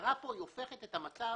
ההגדרה פה הופכת את המצב,